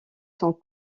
sont